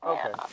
Okay